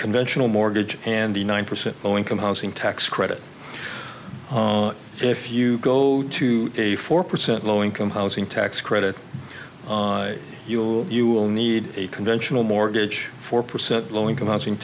conventional mortgage and the nine percent own income housing tax credit if you go to a four percent low income housing tax credit you will you will need a conventional mortgage four percent low income housing